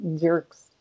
jerks